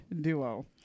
duo